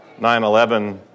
9-11